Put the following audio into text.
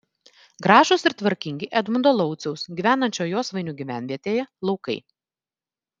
gražūs ir tvarkingi edmundo lauciaus gyvenančio josvainių gyvenvietėje laukai